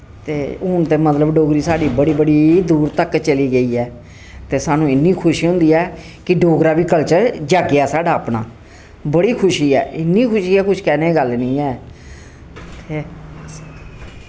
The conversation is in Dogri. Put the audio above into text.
ते हून ते मतलब डोगरी साढ़ी बड़ी बड़ी दूर तक चली गेई ऐ ते साह्नू इन्नी खुशी होंदी ऐ कि डोगरा वी कलचर जाग्गेआ साढ़ा अपना बड़ी खुशी ऐ इन्नी खुशी ऐ कुछ कैह्ने दी गल्ल निं ऐ ते